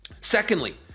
Secondly